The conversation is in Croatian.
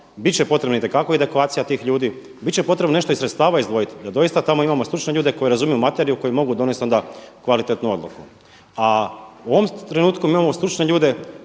će potrebno itekako i edukacija tih ljudi, biti će potrebno nešto i sredstava izdvojiti da doista tamo imamo stručne ljude koji razumiju materiju koji mogu donijeti onda kvalitetnu odluku. A u ovom trenutku mi imamo stručne ljude